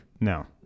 No